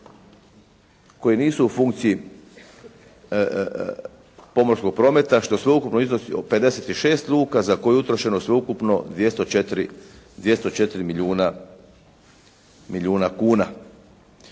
koje nisu u funkciji pomorskog prometa, što sveukupno iznosi 56 luka za koje je utrošeno sveukupno 204 milijuna kuna.